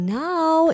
now